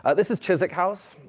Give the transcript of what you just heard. ah this is chiswick house,